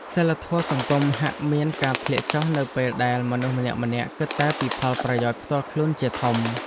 សីលធម៌សង្គមហាក់មានការធ្លាក់ចុះនៅពេលដែលមនុស្សម្នាក់ៗគិតតែពីផលប្រយោជន៍ផ្ទាល់ខ្លួនជាធំ។